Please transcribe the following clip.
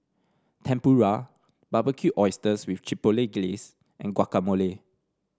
Tempura Barbecued Oysters with Chipotle Glaze and Guacamole